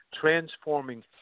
transforming